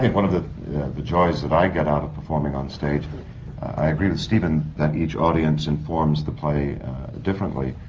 one of the the joys that i get out of performing on the stage i agree with steven, that each audience informs the play differently.